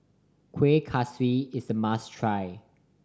Kueh Kaswi is a must try